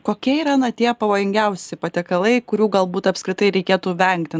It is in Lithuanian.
kokie yra na tie pavojingiausi patiekalai kurių galbūt apskritai reikėtų vengti